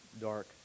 dark